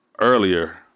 earlier